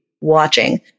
watching